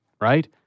right